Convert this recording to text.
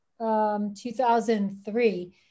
2003